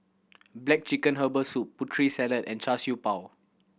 black chicken herbal soup Putri Salad and Char Siew Bao